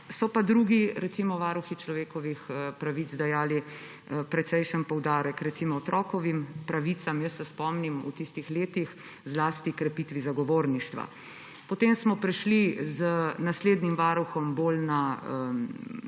So pa recimo drugi varuhi človekovih pravic dajali precejšen poudarek na otrokove pravice. Jaz se spomnim, v tistih letih zlasti krepitvi zagovorništva. Potem smo prešli z naslednjim varuhom bolj na